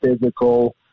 physical